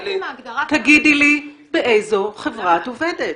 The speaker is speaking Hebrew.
עצם ההגדרה --- תגידי לי באיזו חברה את עובדת?